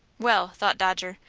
well, thought dodger,